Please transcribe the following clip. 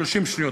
עוד 30 שניות.